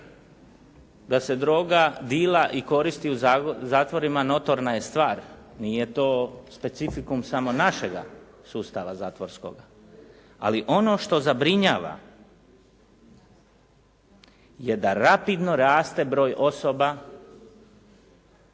da se droga dila i koristi u zatvorima notorna je stvar, nije to specifikum samo našega sustava zatvorskog, ali ono što zabrinjava je da rapidno raste broj osoba